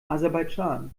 aserbaidschan